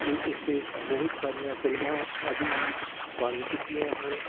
ਦੇ ਉੱਤੇ ਬਹੁਤ ਸਾਰੀਆਂ ਫਿਲਮਾਂ ਆਦਿ ਵੀ ਬਣ ਚੁੱਕੀਆਂ ਹਨ